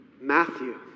Matthew